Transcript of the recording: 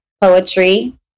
poetry